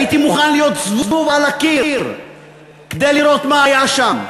הייתי מוכן להיות זבוב על הקיר כדי לראות מה היה שם.